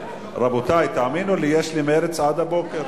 רבותי, תאמינו לי, יש לי מרץ עד הבוקר.